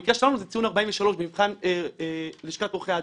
במקרה שלנו הציון הוא 43 במבחן לשכת עורכי הדין.